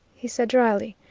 he said dryly.